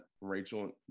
Rachel